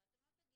הרי אתם לא תגידו,